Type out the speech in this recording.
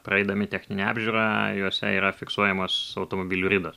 praeidami techninę apžiūrą juose yra fiksuojamos automobilių ridos